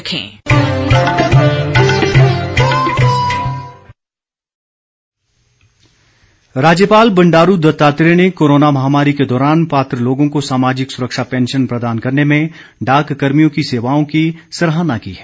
राज्यपाल राज्यपाल बंडारू दत्तात्रेय ने कोरोना महामारी के दौरान पात्र लोगों को सामाजिक सुरक्षा पैंशन प्रदान करने में डाक कर्मियों की सेवाओं की सराहना की है